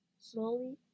Slowly